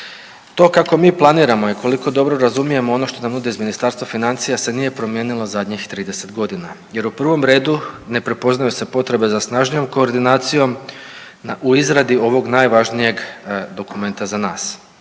To kako mi planiramo i koliko dobro razumijemo ono što nam nude iz Ministarstva financija se nije promijenilo zadnjih 30 godina, jer u prvom redu ne prepoznaju se potrebe za snažnijom koordinacijom u izradi ovog najvažnijeg dokumenta za nas.